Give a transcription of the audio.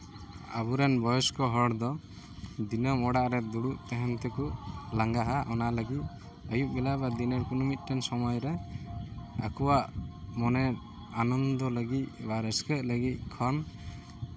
ᱟᱵᱚᱨᱮᱱ ᱵᱚᱭᱚᱥᱠᱚ ᱦᱚᱲ ᱫᱚ ᱫᱤᱱᱟᱹᱢ ᱚᱲᱟᱜ ᱨᱮ ᱫᱩᱲᱩᱵ ᱛᱟᱦᱮᱱ ᱛᱮᱠᱚ ᱞᱟᱸᱜᱟᱜᱼᱟ ᱚᱱᱟ ᱞᱟᱹᱜᱤᱫ ᱟᱹᱭᱩᱵ ᱵᱮᱞᱟ ᱵᱟ ᱫᱤᱱᱮᱨ ᱠᱳᱱᱚ ᱢᱤᱫᱴᱮᱱ ᱥᱚᱢᱚᱭ ᱨᱮ ᱟᱠᱚᱣᱟᱜ ᱢᱚᱱᱮ ᱟᱱᱚᱱᱫᱚ ᱞᱟᱹᱜᱤᱫ ᱵᱟ ᱨᱟᱹᱥᱠᱟᱹᱜ ᱞᱟᱹᱜᱤᱫ ᱠᱷᱚᱱ